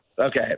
Okay